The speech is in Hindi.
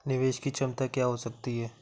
निवेश की क्षमता क्या हो सकती है?